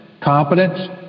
competence